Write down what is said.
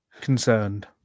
concerned